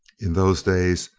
in those days,